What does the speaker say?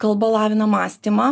kalba lavina mąstymą